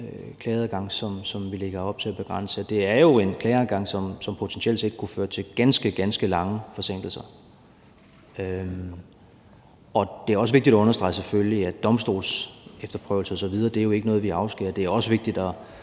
klageadgang, som vi lægger op til at begrænse, er jo en klageadgang, som potentielt set kunne føre til ganske, ganske store forsinkelser. Det er selvfølgelig også vigtigt at understrege, at domstolsefterprøvelse osv. ikke er noget, vi afskærer. Det er også vigtigt at